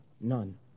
None